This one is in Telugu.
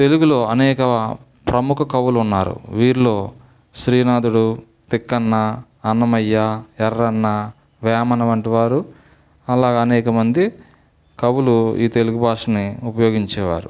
తెలుగులో అనేక ప్రముఖ కవులు ఉన్నారు వీరిలో శ్రీనాథుడు తిక్కన్న అన్నమయ్య ఎర్రన్న వేమన వంటి వారు అలా అనేక మంది కవులు ఈ తెలుగు భాషని ఉపయోగించేవారు